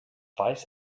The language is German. weiß